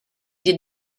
did